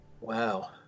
Wow